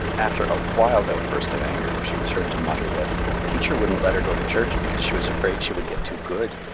after a wild outburst of anger she was heard to mutter that teacher wouldn't let her go to church because she was afraid she would get too good.